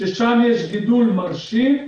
ששם יש גידול מרשים,